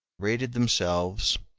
rated themselves,